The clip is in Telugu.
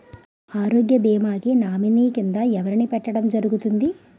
ఆరోగ్య భీమా కి నామినీ కిందా ఎవరిని పెట్టడం జరుగతుంది?